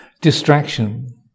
distraction